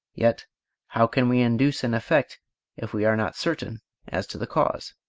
yet how can we induce an effect if we are not certain as to the cause?